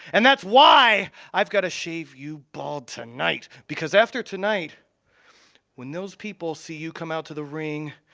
and that's why i've gotta shave you bald tonight. because after tonight when those people see you come out to the ring,